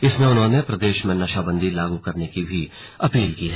इसमें उन्होंने प्रदेश में नशाबंदी लागू करने का भी अनुरोध किया है